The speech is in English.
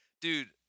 dude